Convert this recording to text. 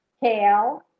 kale